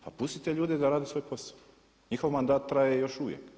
Pa pustite ljude da rade svoj posao, njihov mandat traje još uvijek.